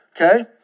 okay